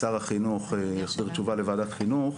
שר החינוך החזיר תשובה לוועדת חינוך,